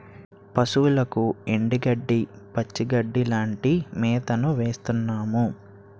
పశువులకు ఎండుగడ్డి, పచ్చిగడ్డీ లాంటి మేతను వేస్తున్నాము